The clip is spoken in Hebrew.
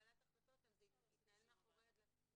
לקבלת החלטות, אם זה יתנהל מאחורי דלתות.